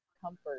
comfort